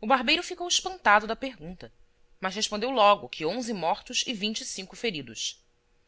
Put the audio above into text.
o barbeiro ficou espantado da pergunta mas respondeu logo que onze mortos e vinte e cinco feridos